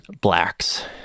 blacks